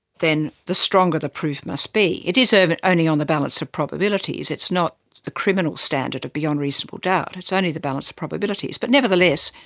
then the stronger the proof must be. it is ah only on the balance of probabilities, it's not the criminal standard of beyond reasonable doubt, it's only the balance of probabilities. but nevertheless,